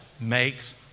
makes